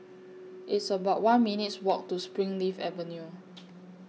It's about one minutes' Walk to Springleaf Avenue